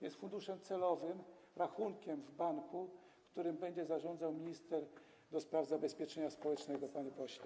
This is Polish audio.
Jest funduszem celowym, rachunkiem w banku, którym będzie zarządzał minister do spraw zabezpieczenia społecznego, panie pośle.